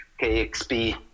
KXP